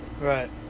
Right